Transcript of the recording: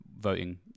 voting